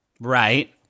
Right